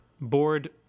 board